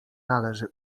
należy